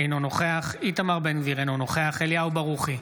אינו נוכח איתמר בן גביר, אינו נוכח אליהו ברוכי,